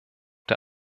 der